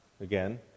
again